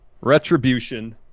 Retribution